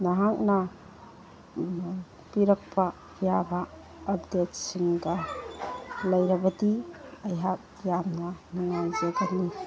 ꯅꯍꯥꯛꯅ ꯄꯤꯔꯛꯄ ꯌꯥꯕ ꯑꯞꯗꯦꯠꯁꯤꯡꯒ ꯂꯩꯔꯕꯗꯤ ꯑꯩꯍꯥꯛ ꯌꯥꯝꯅ ꯅꯨꯡꯉꯥꯏꯖꯒꯅꯤ